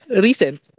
recent